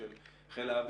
אפילו של חיל האוויר.